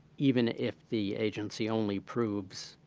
even if the agency only proves,